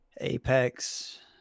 Apex